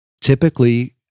typically